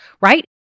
right